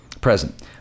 Present